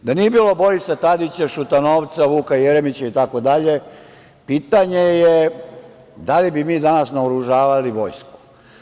Da nije bilo Borisa Tadića, Šutanovca, Vuka Jeremića, itd. pitanje je - da li mi danas naoružavali Vojsku.